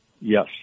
yes